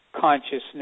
consciousness